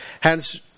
Hence